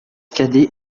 cadet